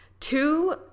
Two